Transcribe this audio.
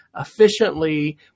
efficiently